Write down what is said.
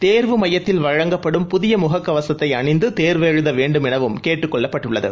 தேர்வு மையத்தில் வழங்கப்படும் புதிய முகக்கவசத்தை அணிந்து தேர்வெழுத வேண்டும் எனவும் கேட்டுக் கொள்ளப்பட்டுள்ளது